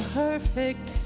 perfect